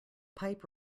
pipe